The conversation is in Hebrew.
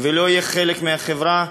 ולא יהיה חלק מהחברה,